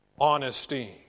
Honesty